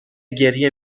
گریه